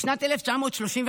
בשנת 1935